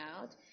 out